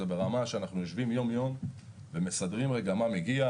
זה ברמה שאנחנו יושבים יום-יום ומסדרים מה מגיע,